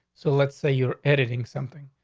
so let's say you're editing something,